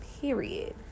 Period